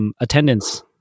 attendance